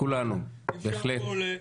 לכולנו, בהחלט.